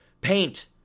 paint